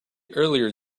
earlier